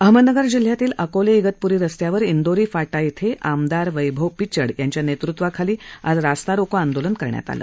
अहमदनगर जिल्ह्यातील अकोले इगतपूरी रस्त्यावर इंदोरी फाटा इथं आमदार वैभव पिचड यांच्या नेतृत्वाखाली आज रास्ता रोको आंदोलन करण्यात आलं